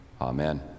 Amen